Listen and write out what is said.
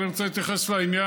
אבל אני רוצה להתייחס לעניין,